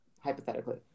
hypothetically